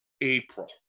April